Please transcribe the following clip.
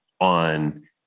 on